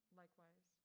likewise